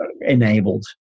Enabled